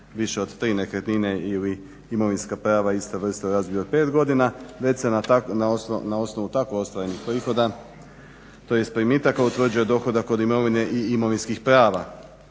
više od tri nekretnine ili imovinska prava iste vrste …/Govornik se ne razumije/… od 5 godina već se na osnovu takvih ostalih prihoda tj. primitaka utvrđuje dohodak od imovine i imovinskih prava.